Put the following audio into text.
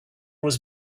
was